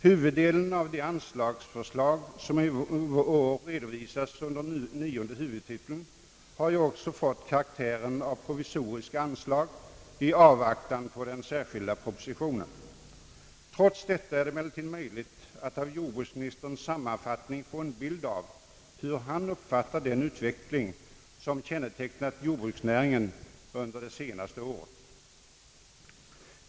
Huvuddelen av de anslagsförslag som i år redovisas under nionde huvudtiteln har ju också fått karaktären av provisoriska anslag i avvaktan på den särskilda propositionen. Trots detta är det emellertid möjligt att av jordbruksministerns sammanfattning få en bild av hur han uppfattar den utveckling som kännetecknat jordbruksnäringen under det senaste året.